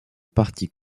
partie